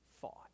thought